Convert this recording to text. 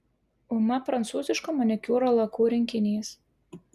uma prancūziško manikiūro lakų rinkinys